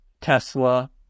Tesla